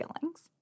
feelings